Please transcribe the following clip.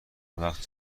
وقت